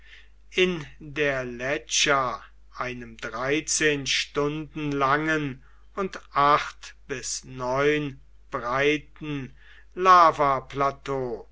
in der ledj einem dreizehn stunden langen und acht bis neun